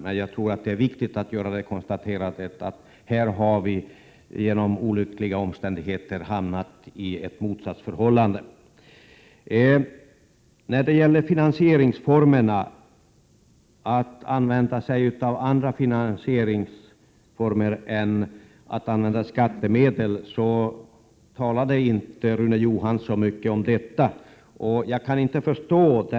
Jag tror dock att det är viktigt att göra det konstaterandet att vi genom olyckliga omständigheter har hamnat i ett motsatsförhållande. Frågan om finansieringsformerna och om man skall använda andra finansieringsformer än skattemedel, talade Rune Johansson inte mycket om. Det kan jag inte förstå.